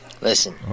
Listen